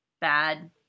Bad